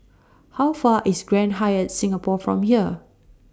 How Far IS Grand Hyatt Singapore from here